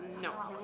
No